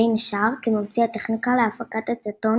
בין השאר כממציא הטכניקה להפקת אצטון